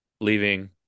leaving